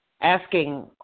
asking